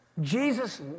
Jesus